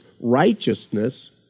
righteousness